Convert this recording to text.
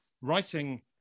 writing